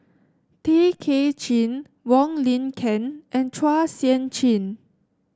Tay Kay Chin Wong Lin Ken and Chua Sian Chin